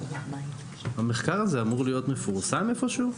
המחקר הזה אמור להיות מפורסם איפשהו?